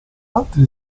altri